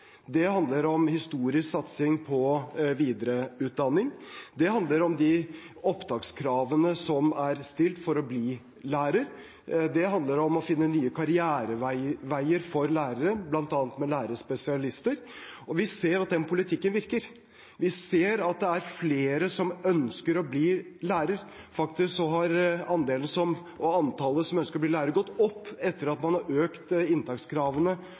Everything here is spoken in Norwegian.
det handler om historisk satsing på videreutdanning, det handler om de opptakskravene som er stilt for å bli lærer, det handler om å finne nye karriereveier for lærere, bl.a. med lærerspesialister – og vi ser at den politikken virker. Vi ser at det er flere som ønsker å bli lærer. Faktisk har andelen og antallet som ønsker å bli lærer, gått opp etter at man økte inntakskravene